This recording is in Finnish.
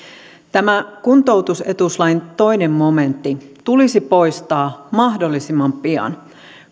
tämä kuntoutusetuuslain momentti tulisi poistaa mahdollisimman pian